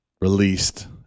released